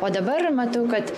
o dabar matau kad